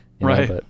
Right